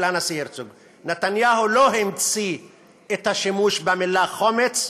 נתניהו לא המציא את השימוש במילה "חומץ".